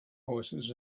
horses